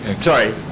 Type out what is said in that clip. Sorry